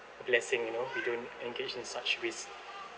a blessing you know we don't engage in such risk